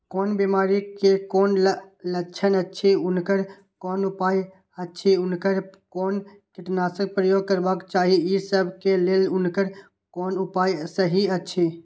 कोन बिमारी के कोन लक्षण अछि उनकर कोन उपाय अछि उनकर कोन कीटनाशक प्रयोग करबाक चाही ई सब के लेल उनकर कोन उपाय सहि अछि?